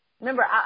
Remember